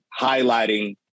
highlighting